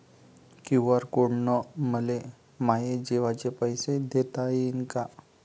QR code न मले माये जेवाचे पैसे देता येईन का?